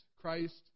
Christ